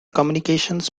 communications